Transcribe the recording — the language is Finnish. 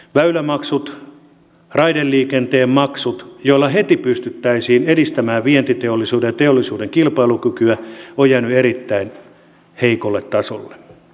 väylämaksut raideliikenteen maksut joilla heti pystyttäisiin edistämään vientiteollisuuden ja teollisuuden kilpailukykyä ovat jääneet erittäin heikolle tasolle